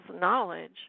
knowledge